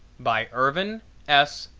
by irvin s.